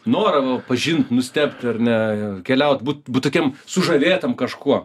norą pažint nustebt ar ne keliaut būt tokiam sužavėtam kažkuo